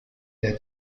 der